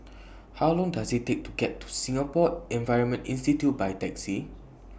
How Long Does IT Take to get to Singapore Environment Institute By Taxi